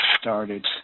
started